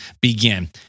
begin